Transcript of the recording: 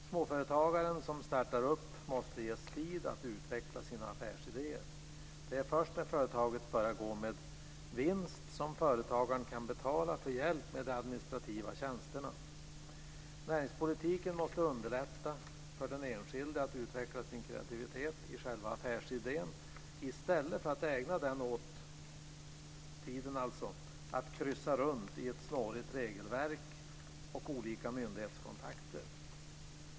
Småföretagaren som startar upp måste ges tid att utveckla sina affärsidéer. Det är först när företaget börjar gå med vinst som företagaren kan betala för hjälp med de administrativa tjänsterna. Näringspolitiken måste underlätta för den enskilde att utveckla sin kreativitet i själva affärsidén i stället för att ägna tiden åt att kryssa runt i ett snårigt regelverk och olika myndighetskontakter.